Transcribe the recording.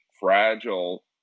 fragile